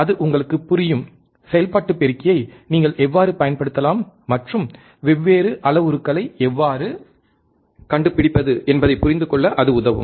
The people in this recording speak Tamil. அது உங்களுக்குப் புரியும் செயல்பாட்டு பெருக்கியை நீங்கள் எவ்வாறு பயன்படுத்தலாம் மற்றும் வெவ்வேறு அளவுருக்களை எவ்வாறு கண்டுபிடிப்பது என்பதை புரிந்துகொள்ள அது உதவும்